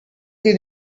did